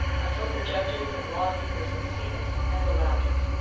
until the judges and law-keepers had seen it, and allowed it.